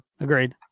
agreed